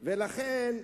ולכן,